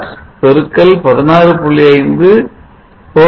46 KW x 16